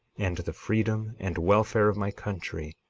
and the freedom and welfare of my country.